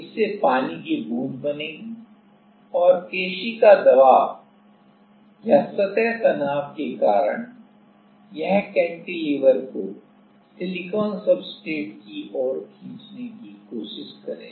इससे पानी की बूंद बनेगी और केशिका दबाव या सतह तनाव के कारण यह cantilever को सिलिकॉन सब्सट्रेट की ओर खींचने की कोशिश करेगा